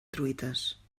truites